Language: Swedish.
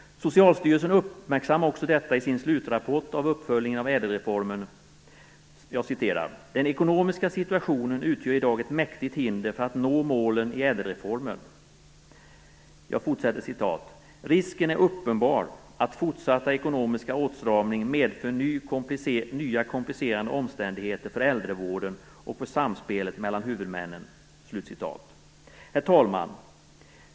Socialstyrelsen uppmärksammar också detta i sin slutrapport av uppföljningen av ÄDEL-reformen: "Den ekonomiska situationen utgör i dag ett mäktigt hinder för att målen i Ädelreformen kan uppnås. Risken är uppenbar att fortsatt - ekonomisk åtstramning medför nya komplicerade omständigheter för äldrevården och samspelet mellan huvudmännen." Herr talman!